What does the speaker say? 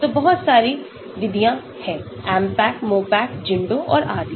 तो बहुत सारे विधियां हैं AMPAC MOPAC ZINDO और आदि